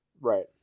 right